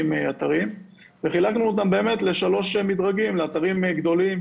חילקנו אותם לשלושה מידרגים: לאתרים גדולים,